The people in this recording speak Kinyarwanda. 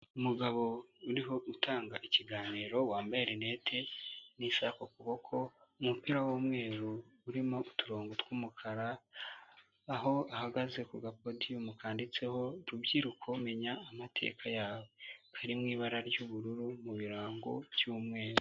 Umugabo uriho utanga ikiganiro, wambayenette n'isaha ku ukuboko, umupira w'umweru urimo uturongo tw'umukara, aho ahagaze ku gapodium kanditseho ''rubyiruko menya amateka yawe''. harimo ibara ry'ubururu mu birango by'umweru.